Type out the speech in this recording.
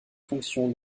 fonction